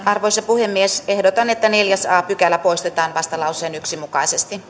arvoisa puhemies ehdotan että neljäs a pykälä poistetaan vastalauseen yksi mukaisesti